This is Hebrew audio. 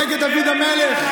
נגד דוד המלך.